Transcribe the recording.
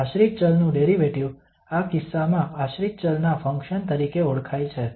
આશ્રિત ચલ નું ડેરિવેટિવ આ કિસ્સામાં આશ્રિત ચલ ના ફંક્શન તરીકે ઓળખાય છે